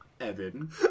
Evan